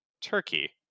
turkey